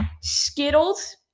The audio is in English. Skittles